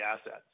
assets